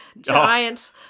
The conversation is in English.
giant